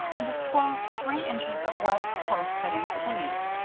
and disclosed three inches of wet, close-fitting sleeve.